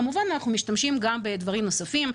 כמובן שאנחנו משתמשים גם בדברים נוספים.